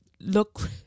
look